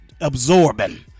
absorbing